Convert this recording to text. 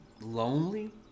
lonely